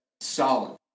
solid